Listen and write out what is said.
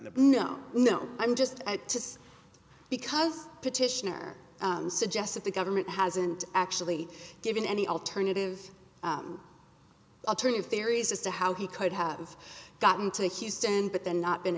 no no i'm just at because petitioner suggests that the government hasn't actually given any alternative alternative theories as to how he could have gotten to houston but then not been